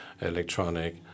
electronic